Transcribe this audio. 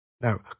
Now